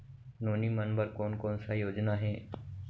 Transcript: नोनी मन बर कोन कोन स योजना हे?